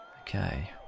Okay